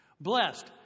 Blessed